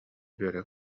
үөрэ